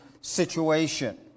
situation